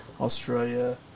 Australia